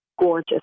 gorgeous